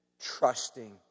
trusting